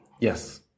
Yes